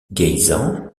geyssans